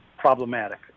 problematic